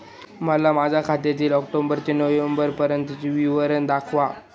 मला माझ्या खात्याचे ऑक्टोबर ते नोव्हेंबर पर्यंतचे विवरण दाखवा